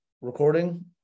recording